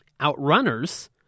OutRunners